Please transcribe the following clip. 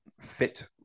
fit